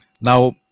Now